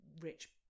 rich